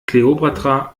kleopatra